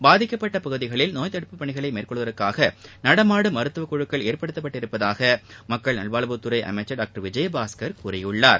பாதிக்கப்பட்ட பகுதிகளில் நோய் தடுப்புப் பணிகளை மேற்கொள்வதற்காக நடமாடும் மருத்துவக் குழுக்கள் ஏற்படுத்தப்பட்டு உள்ளதாக மக்கள் நல்வாழ்வுத் துறை அமைச்சர் டாக்டர் விஜயபாஸ்கர் கூறியுள்ளார்